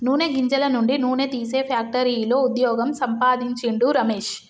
నూనె గింజల నుండి నూనె తీసే ఫ్యాక్టరీలో వుద్యోగం సంపాందించిండు రమేష్